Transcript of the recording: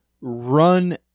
run